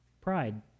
Pride